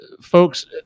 folks